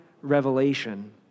revelation